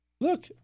Look